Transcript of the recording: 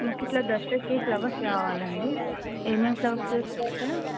మాకిలా దసరాకి ఫ్లవర్సు కావాలండి ఏమేం ఫ్లవర్సు దొరుకుతాయి అక్కడ